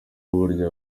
burya